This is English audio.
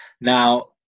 Now